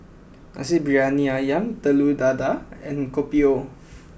Nasi Briyani Ayam Telur Dadah and Kopi O